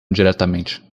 diretamente